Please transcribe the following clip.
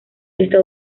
está